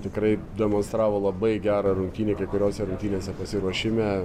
tikrai demonstravo labai gerą rungtynėj kai kuriose rungtynėse pasiruošime